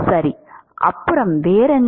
சரி அப்புறம் வேறென்ன